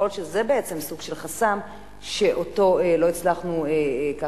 יכול להיות שזה בעצם סוג של חסם שאותו לא הצלחנו לפתוח,